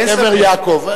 בקבר יעקב.